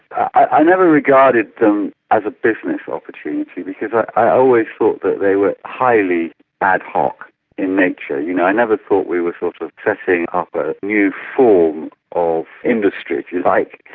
i never regarded them as a business opportunity because i always thought that they were highly ad hoc in nature. you know, i never thought we were sort of setting up a new form of industry, if you like.